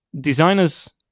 Designers